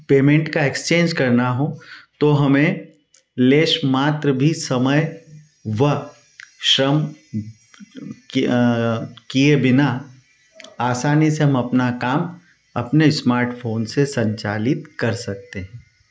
payment का exchange करना हो तो हमें लेस मात्र भी समय व श्रम किए बिना आसानी से हम अपना काम अपने स्मार्टफोन से संचालित कर सकते हैं